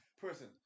person